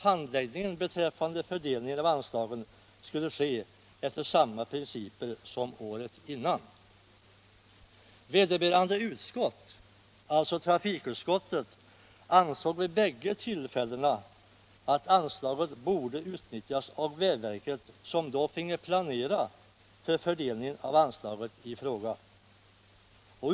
Handläggningen beträffande fördelningen av Granskning av anslaget skulle ske efter samma principer som året innan. statsrådens Vederbörande utskott — trafikutskottet — ansåg vid bägge tillfällena — tjänsteutövning att anslaget borde utnyttjas av vägverket, som då finge planera för för = m.m. delningen av anslaget i fråga.